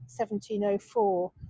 1704